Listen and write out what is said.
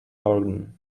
organ